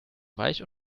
weich